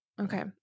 okay